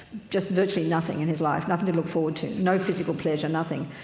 just virtually nothing in his life, nothing to look forward to. no physical pleasure, nothing.